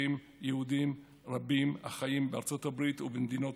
יהודים רבים החיים בארצות הברית ובמדינות אחרות.